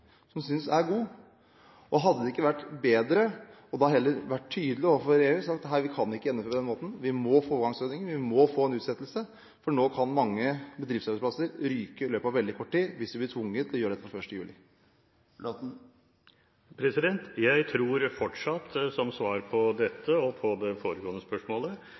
Høyre synes er god? Hadde det ikke vært bedre heller å ha vært tydelig overfor EU, sagt nei, vi kan ikke gjennomføre det på den måten, vi må få overgangsordninger, vi må få en utsettelse, for nå kan mange bedriftsarbeidsplasser ryke i løpet av veldig kort tid hvis vi blir tvunget til å gjøre dette fra 1. juli? Jeg tror fortsatt – som svar på dette og på det foregående spørsmålet